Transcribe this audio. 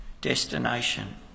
destination